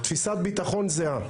תפיסת בטחון זהה.